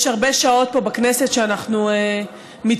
יש הרבה שעות פה בכנסת שבהן אנחנו מתווכחים,